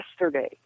yesterday